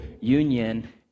union